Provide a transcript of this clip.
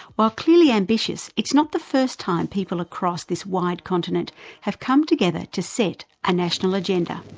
while clearly ambitious, it's not the first time people across this wide continent have come together to set a national agenda.